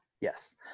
Yes